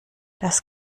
das